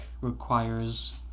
requires